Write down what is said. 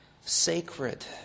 sacred